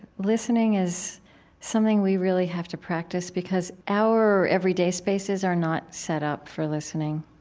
listening is something we really have to practice, because our everyday spaces are not set up for listening.